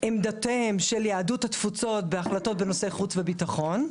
עמדותיה של יהדות התפוצות בהחלטות בנושאי חוץ וביטחון,